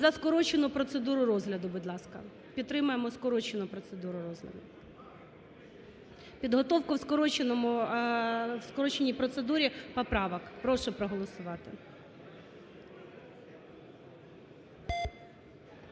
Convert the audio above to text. за скорочену процедуру розгляду, будь ласка, підтримаємо скорочену процедуру розгляду, підготовку в скороченій процедурі поправок, прошу проголосувати.